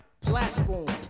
Platform